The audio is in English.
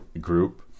group